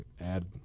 add –